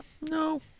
No